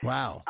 Wow